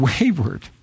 wayward